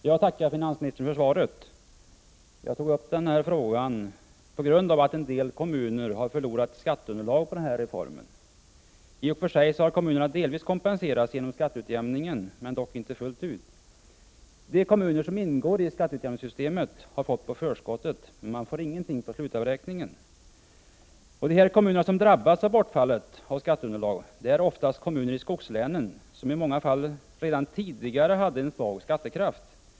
Herr talman! Jag tackar finansministern för svaret. Jag tog upp den här frågan på grund av att en del kommuner har förlorat skatteunderlag på reformen. I och för sig har kommunerna delvis kompenserats genom skatteutjämningen, dock inte fullt ut. De kommuner som ingår i skatteutjämningssystemet har fått ett förskott, men de får ingenting vid slutavräkningen. De kommuner som har drabbats av bortfallet av skatteunderlag är oftast kommuner i skogslänen, som i många fall redan tidigare hade en svag skattekraft.